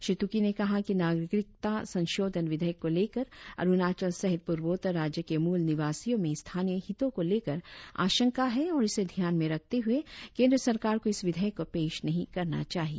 श्री तुकी ने कहा कि नागरिकता संसोधन विधेयक को लेकर अरुणाचल सहित पूर्वोत्तर राज्य के मूल निवासियों में स्थानीय हितों को लेकर आशंका है और इसे ध्यान में रखने हुए केंद्र सरकार को इस विधेयक को पेश नही करना चाहिए